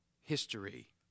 history